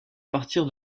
partir